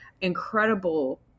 incredible